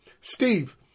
Steve